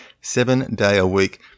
seven-day-a-week